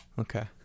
Okay